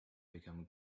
become